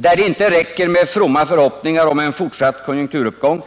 Där det inte räcker med fromma förhoppningar om en fortsatt konjunkturuppgång